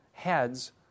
heads